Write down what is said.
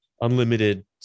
unlimited